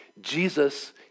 Jesus